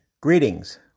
Greetings